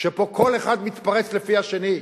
ופה כל אחד מתפרץ כלפי השני,